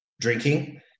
drinking